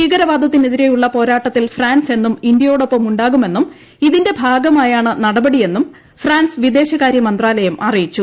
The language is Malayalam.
ഭീകരവാദത്തിനെതിരെയുള്ള പോരാട്ടത്തിൽ ഫ്രാൻസ് എന്നും ഇന്തൃയോടൊപ്പമുണ്ടാകുമെന്നും ഇതിന്റെ ഭാഗമായാണ് നടപടിയെന്നും ഫ്രാൻസ് വിദേശകാരൃ മന്ത്രാലയം അറിയിച്ചു